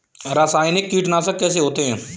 रासायनिक कीटनाशक कैसे होते हैं?